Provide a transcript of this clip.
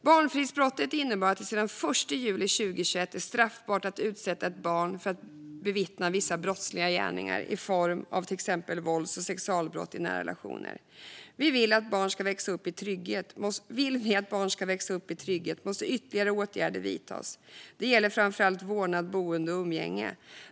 Barnfridsbrottet innebär att det sedan den 1 juli 2021 är straffbart att utsätta ett barn för att bevittna vissa brottsliga gärningar i form av till exempel vålds och sexualbrott i nära relationer. Vill vi att barn ska växa upp i trygghet måste ytterligare åtgärder vidtas. Det gäller framför allt vårdnad, boende och umgänge.